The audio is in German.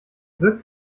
wirkt